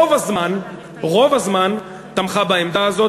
רוב הזמן תמכה בעמדה הזו,